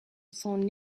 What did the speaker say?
son